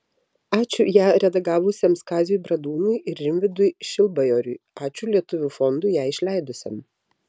ačiū ją redagavusiems kaziui bradūnui ir rimvydui šilbajoriui ačiū lietuvių fondui ją išleidusiam